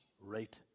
right